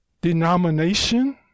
denomination